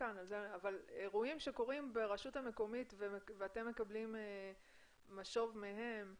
אבל אירועים שקורים ברשות המקומית ואתם מקבלים משוב מהם,